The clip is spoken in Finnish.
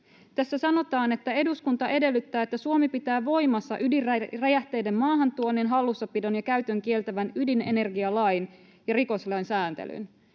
Tässä sanotaan, että ”eduskunta edellyttää, että Suomi pitää voimassa ydinräjähteiden maahantuonnin hallussapidon ja käytön kieltävän ydinenergialain ja rikoslain sääntelyn.”